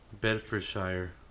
Bedfordshire